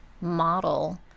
model